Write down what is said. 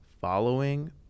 following